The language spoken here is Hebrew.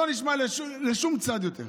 שלא נשמע לשום צד יותר